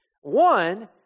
One